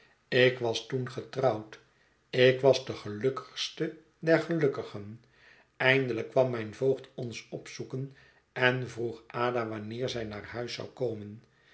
ik was toen getrouwd ik was de gelukkigste der gelukkigen eindelijk kwam mijn voogd ons opzoeken en vroeg ada wanneer zij naar huis zou komen